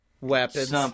Weapons